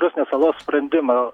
rusnės salos sprendima